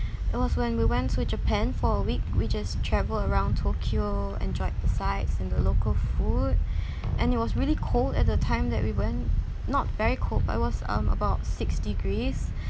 it was when we went to japan for a week we just travelled around tokyo enjoyed sights and the local food and it was really cold at the time that we went not very cold but it was um about six degrees